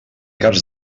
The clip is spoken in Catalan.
cas